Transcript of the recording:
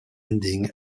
ending